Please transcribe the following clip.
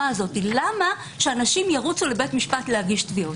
למה שאנשים ירוצו לבית משפט להגיש תביעות?